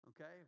Okay